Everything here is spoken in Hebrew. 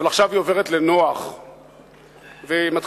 אבל עכשיו היא עוברת לנוח,